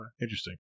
interesting